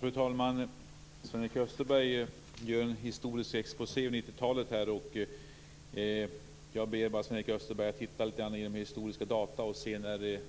Fru talman! Sven-Erik Österberg gör en historisk exposé i sitt anförande. Jag ber bara Sven-Erik Österberg att titta lite bättre i historiska data och se när